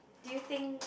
do you think